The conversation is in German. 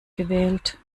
gewählt